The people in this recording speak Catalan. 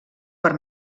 per